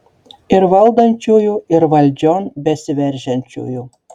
ir valdančiųjų ir valdžion besiveržiančiųjų